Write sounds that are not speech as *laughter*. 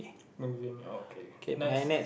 *noise* what do you mean okay nice